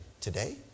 today